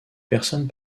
personnes